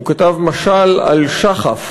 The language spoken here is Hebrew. הוא כתב משל על שחף